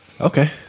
okay